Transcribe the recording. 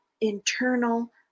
internal